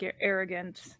arrogant